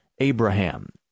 Abraham